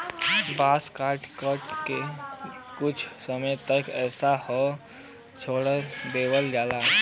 बांस के काट के कुछ समय तक ऐसे ही छोड़ देवल जाला